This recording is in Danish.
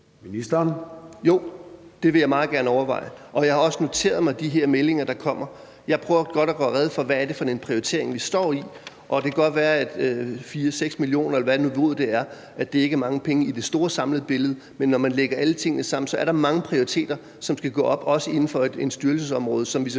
Jensen): Jo, det vil jeg meget gerne overveje, og jeg har også noteret mig de her meldinger, der kommer. Jeg prøver blot at gøre rede for, hvad det er for en prioritering, vi står med. Det kan godt være, at 4-6 mio. kr., eller hvad niveauet er, ikke er mange penge i det store, samlede billede, men når man lægger alle tingene sammen, er der mange prioriteter, som skal gå op i en højere enhed, også inden for et styrelsesområde, hvor vi